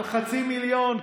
על חצי מיליון.